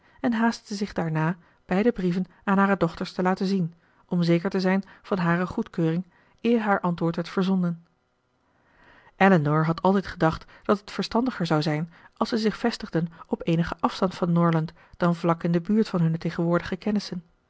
en haastte zich daarna beide brieven aan hare dochters te laten zien om zeker te zijn van hare goedkeuring eer haar antwoord werd verzonden elinor had altijd gedacht dat het verstandiger zou zijn als zij zich vestigden op eenigen afstand van norland dan vlak in de buurt van hunne tegenwoordige kennissen